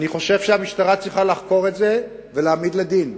אני חושב שהמשטרה צריכה לחקור את זה ולהעמיד לדין.